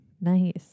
Nice